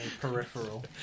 peripheral